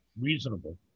reasonable